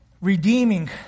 redeeming